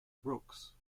brooks